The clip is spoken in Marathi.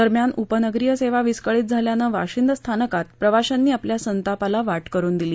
दरम्यान उपनगरीय सेवा विस्कळीत झाल्यानं वाशिंद स्थानकात प्रवाशांनी आपल्या संतापाला वाट करुन दिली